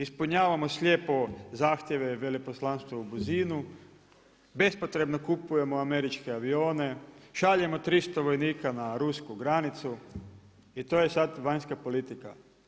Ispunjavamo slijepo zahtjeve veleposlanstvo u Buzinu, bespotrebno kupujemo američke avione, šaljemo 300 vojnika na Rusku granicu i to je sad vanjska politika.